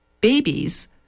babies